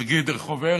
נגיד, רחוב הרצל,